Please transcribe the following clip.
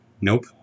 Nope